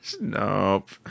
Nope